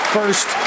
First